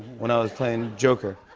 when i was playing joker.